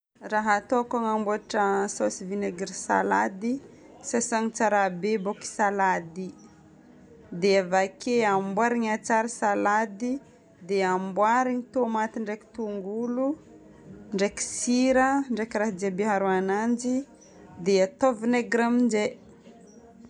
Raha ataoko anamboatra saosy vinaigre salady: sasana tsara be boko salady, dia vake amboarigna tsara salady, dia amboarigna tomaty ndraiky tongolo, ndraiky sira, ndraiky raha jiaby aharo ananjy, dia atao vinaigre aminjay.